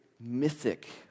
mythic